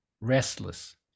Restless